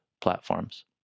platforms